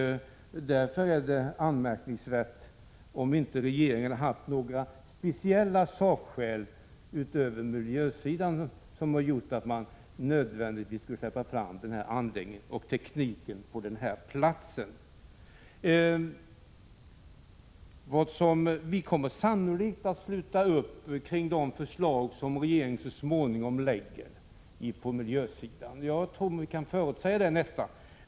Därför är det anmärkningsvärt om inte regeringen har haft några speciella sakskäl utöver miljöaspekterna som har gjort att man nödvändigtvis skulle släppa fram den här anläggningen och den här tekniken på den aktuella platsen. Jag tror mig nästan kunna förutsäga att vi kommer att sluta upp kring de förslag som regeringen så småningom lägger fram när det gäller miljösidan.